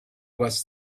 was